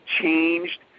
changed